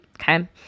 okay